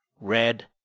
red